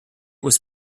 was